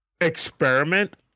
experiment